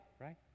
right